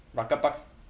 rucker park